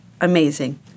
amazing